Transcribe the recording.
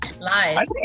Lies